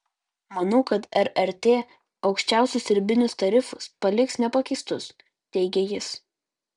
manau kad rrt aukščiausius ribinius tarifus paliks nepakeistus teigia jis